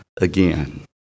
again